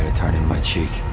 ah turning my cheek.